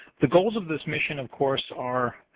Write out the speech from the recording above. the goals of this mission of course are